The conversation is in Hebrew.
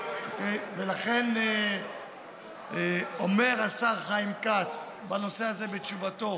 ולכן, אומר השר חיים כץ בתשובתו